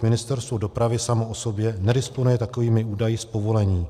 Ministerstvo dopravy samo o sobě nedisponuje takovými údaji z povolení.